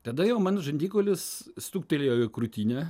tada jau mano žandikaulis stuktelėjo į krūtinę